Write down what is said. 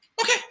okay